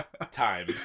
time